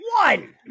one